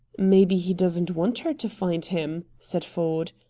maybe he doesn't want her to find him, said ford.